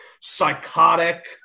Psychotic